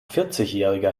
vierzigjähriger